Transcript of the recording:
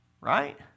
Right